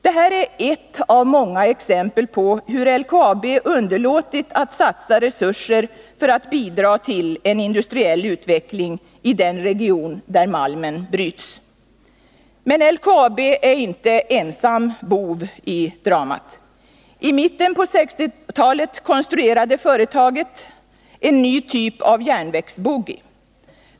Detta är ett av många exempel på hur LKAB underlåtit att satsa resurser för att bidra till en industriell utveckling i den region där malmen bryts. Men LKAB är inte ensam bov i dramat. I mitten på 1960-talet konstruerade företaget en ny typ av järnvägsboggie.